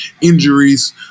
injuries